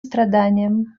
страданиям